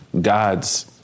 God's